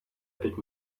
bit